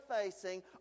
facing